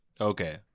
Okay